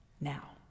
now